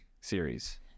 series